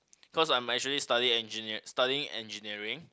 cause I'm actually study engineer studying engineering